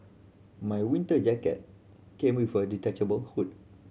my winter jacket came with a detachable hood